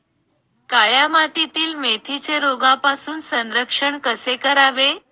काळ्या मातीतील मेथीचे रोगापासून संरक्षण कसे करावे?